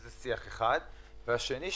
וזה שיח אחד; והשני,